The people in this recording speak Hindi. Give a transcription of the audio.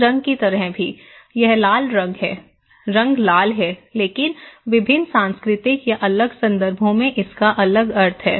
इस रंग की तरह भी यह लाल रंग है रंग लाल है लेकिन विभिन्न सांस्कृतिक या अलग संदर्भों में इसका अलग अर्थ है